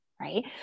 right